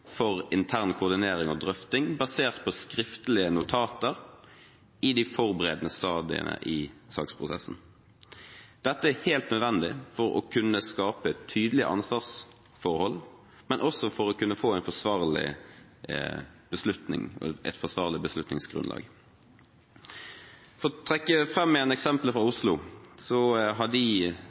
for intern koordinering og drøfting, basert på skriftlige notater i de forberedende stadiene i saksprosessen. Dette er helt nødvendig for å kunne skape et tydelig ansvarsforhold, men også for å kunne få et forsvarlig beslutningsgrunnlag. For å trekke fram igjen eksempelet fra Oslo, så har de